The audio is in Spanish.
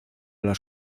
las